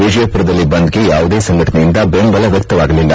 ವಿಜಯಪುರದಲ್ಲಿ ಬಂದ್ಗೆ ಯಾವುದೇ ಸಂಘಟನೆಯಿಂದ ಬೆಂಬಲ ವ್ಯಕ್ತವಾಗಿಲ್ಲ